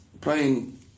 playing